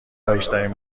رایجترین